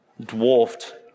dwarfed